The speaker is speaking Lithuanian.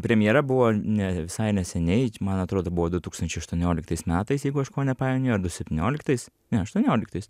premjera buvo ne visai neseniai man atrodo buvo du tūkstančiai aštuonioliktais metais jeigu aš ko nepainioju septynioliktais aštuonioliktais